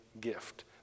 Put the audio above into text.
gift